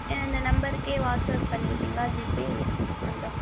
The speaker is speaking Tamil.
ஆ இந்த நம்பருக்கே வாட்ஸாப் பண்ணிடுறீங்களா ஜிபே நம்பர்